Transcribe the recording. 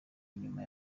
inyuma